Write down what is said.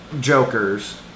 Jokers